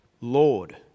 Lord